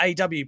AW